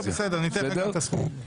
ניתן לך את הזכות.